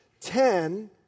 Ten